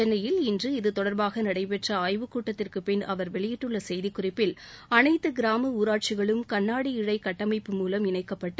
சென்னையில் இன்று இதுதொடர்பாக நடைபெற்ற ஆய்வுக்கூட்டத்திற்குபின் அவர் வெளியிட்டுள்ள செய்திக்குறிப்பில் அனைத்து கிராம ஊராட்சிகளும் கண்ணாடி இழை கட்டமைப்பு மூலம் இணைக்கப்பட்டு